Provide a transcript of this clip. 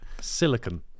Silicon